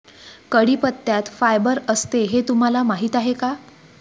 कढीपत्त्यात फायबर असते हे तुम्हाला माहीत आहे का?